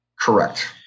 Correct